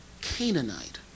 Canaanite